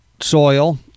soil